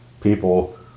People